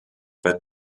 pas